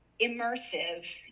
immersive